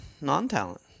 non-talent